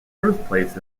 birthplace